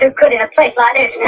and could in a place like this.